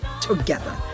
together